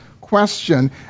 question